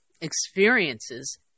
experiences